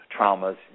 traumas